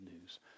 news